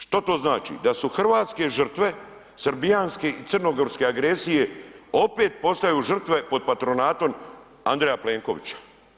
Što to znači, da su hrvatske žrtve srbijanske i crnogorske agresije opet postaju žrtve pod patronatom Andreja Plenkovića.